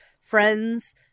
Friends